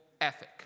ethic